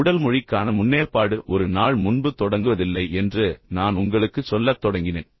உடல் மொழிக்கான முன்னேற்பாடு ஒரு நாள் முன்பு தொடங்குவதில்லை என்று நான் உங்களுக்குச் சொல்லத் தொடங்கினேன்